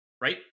right